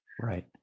Right